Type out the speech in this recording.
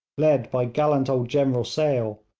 led by gallant old general sale,